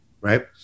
Right